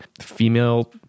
female